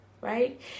right